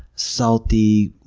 salty,